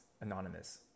Anonymous